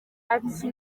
ati